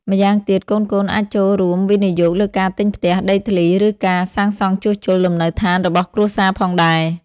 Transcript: ម្យ៉ាងទៀត កូនៗអាចចូលរួមវិនិយោគលើការទិញផ្ទះ ដីធ្លី ឬការសាងសង់ជួសជុលលំនៅឋានរបស់គ្រួសារផងដែរ។